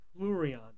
Plurion